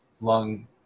lung